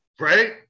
Right